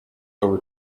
over